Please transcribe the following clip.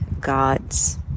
gods